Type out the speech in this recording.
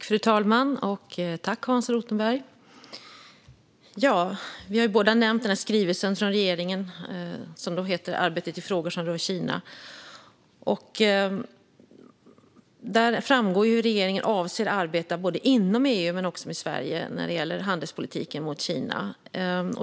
Fru talman! Tack, Hans Rothenberg! Vi har båda nämnt den skrivelse från regeringen som alltså heter Arbetet i frågor som rör Kina . Där framgår hur regeringen avser att arbeta både inom EU och för Sveriges del när det gäller handelspolitiken gentemot Kina.